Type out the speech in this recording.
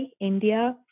India